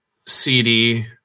CD